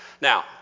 Now